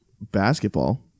Basketball